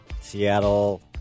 Seattle